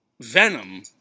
venom